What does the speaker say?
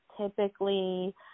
typically